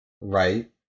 right